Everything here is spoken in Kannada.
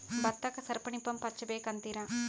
ಭತ್ತಕ್ಕ ಸರಪಣಿ ಪಂಪ್ ಹಚ್ಚಬೇಕ್ ಅಂತಿರಾ?